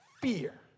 fear